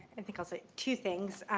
and think i'll say two things.